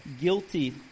guilty